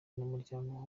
n’umuryango